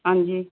ਹਾਂਜੀ